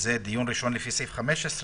שזה דיון ראשון לפי סעיף 15,